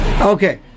Okay